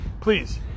please